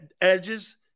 edges